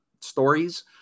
stories